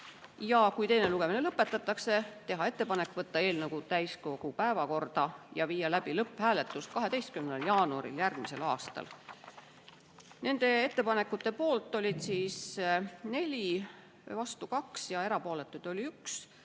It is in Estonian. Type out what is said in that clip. ja kui teine lugemine lõpetatakse, siis tehakse ettepanek võtta eelnõu täiskogu päevakorda ja viia läbi lõpphääletus 12. jaanuaril järgmisel aastal. Nende ettepanekute poolt oli 4, vastu 2 ja erapooletuid oli 1.